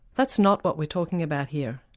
that's not what we're talking about here.